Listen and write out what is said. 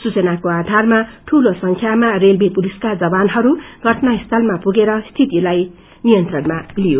सूचनाको आधारमा दूलो संख्यामा रेलवे पुलिसका जवानहरू घटना स्थलामा पुगेर स्थितिलाई नियंत्रणमा लिइयो